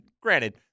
granted